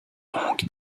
donc